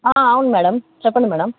అవును మ్యాడం చెప్పండి మ్యాడం